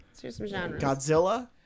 Godzilla